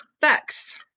facts